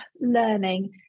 learning